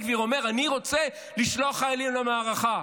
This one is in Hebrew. גביר אומר: אני רוצה לשלוח חיילים למערכה.